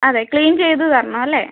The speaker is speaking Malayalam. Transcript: അതെ ക്ലീൻ ചെയ്തു തരണം അല്ലെ